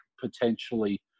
potentially